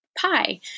pie –